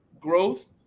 growth